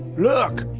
look